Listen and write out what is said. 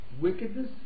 wickedness